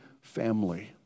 family